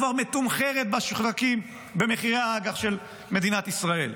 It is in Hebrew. כבר מתומחרת בשווקים במחירי האג"ח של מדינת ישראל,